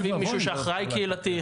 להביא מישהו שאחראי קהילתי,